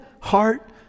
heart